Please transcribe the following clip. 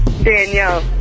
Danielle